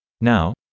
Now